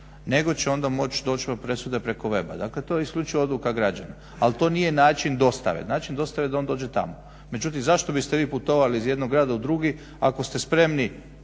nego će onda moć do presude preko weba. Dakle, to je isključivo odluka građana, ali to nije način dostave, način dostave je da on dođe tamo. Međutim, zašto biste vi putovali iz jednog grada u drugi ako ste spremni